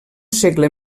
segle